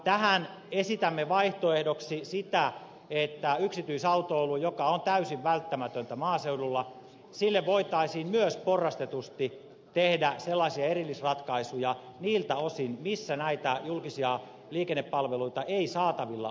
tähän esitämme vaihtoehdoksi sitä että myös yksityisautoilulle joka on täysin välttämätöntä maaseudulla voitaisiin porrastetusti tehdä erillisratkaisuja niiltä osin missä näitä julkisia liikennepalveluita ei saatavilla ole